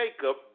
Jacob